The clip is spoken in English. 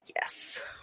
Yes